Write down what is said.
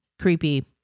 creepy